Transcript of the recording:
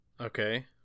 Okay